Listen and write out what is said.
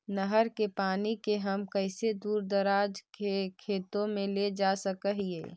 नहर के पानी के हम कैसे दुर दराज के खेतों में ले जा सक हिय?